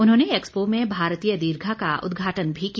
उन्होंने एक्सपो में भारतीय दीर्घा का उद्घाटन भी किया